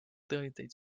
tõendeid